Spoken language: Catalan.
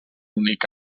únic